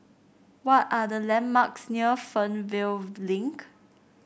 what are the landmarks near Fernvale Link